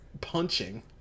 punching